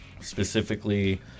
specifically